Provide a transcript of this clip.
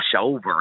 over